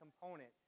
component